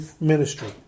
ministry